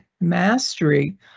mastery